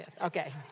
Okay